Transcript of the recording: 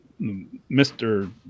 Mr